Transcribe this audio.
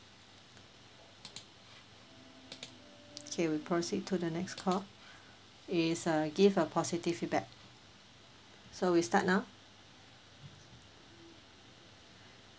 okay we proceed to the next call is uh give a positive feedback so we start now